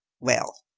well,